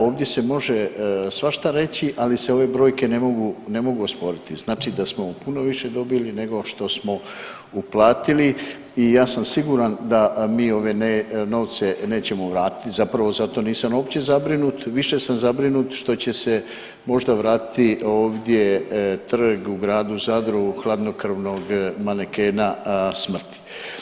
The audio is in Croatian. Ovdje se može svašta reći, ali se ove brojke ne mogu osporiti, znači da smo puno više dobili nego što smo uplatili i ja sam siguran da mi ove novce nećemo vratiti, zapravo za to nisam uopće zabrinut, više sam zabrinut što će se možda vratiti ovdje trg u gradu Zadru hladnokrvnog manekena smrti.